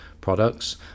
products